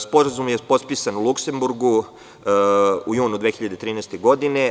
Sporazum je potpisan u Luksemburgu u junu 2013. godine.